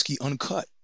uncut